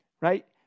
right